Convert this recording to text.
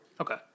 Okay